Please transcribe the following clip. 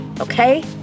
Okay